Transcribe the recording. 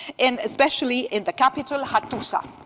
and especially in the capital hattusa,